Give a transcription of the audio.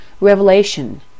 Revelation